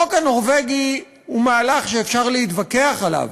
החוק הנורבגי הוא מהלך שאפשר להתווכח עליו,